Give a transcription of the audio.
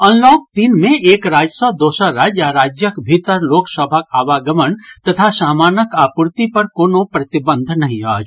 unlock तीन मे एक राज्य सँ दोसर राज्य आ राज्यक भीतर लोक सभक आवागमण तथा सामानक आपूर्ति पर कोनो प्रतिबंध नहि अछि